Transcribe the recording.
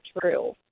true